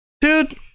dude